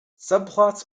subplots